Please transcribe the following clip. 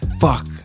Fuck